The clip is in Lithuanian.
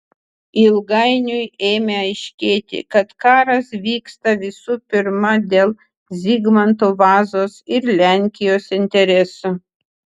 ilgainiui ėmė aiškėti kad karas vyksta visų pirma dėl zigmanto vazos ir lenkijos interesų